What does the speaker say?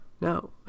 No